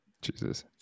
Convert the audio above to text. jesus